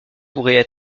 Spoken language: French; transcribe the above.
pourraient